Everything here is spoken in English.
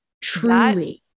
Truly